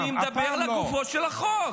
אני מדבר לגופו של החוק.